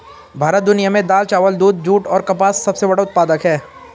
भारत दुनिया में दाल, चावल, दूध, जूट और कपास का सबसे बड़ा उत्पादक है